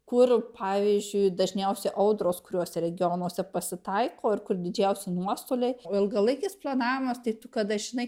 kur pavyzdžiui dažniausia audros kuriose regionuose pasitaiko ir kur didžiausi nuostoliai ilgalaikis planavimas tai kada žinai